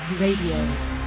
Radio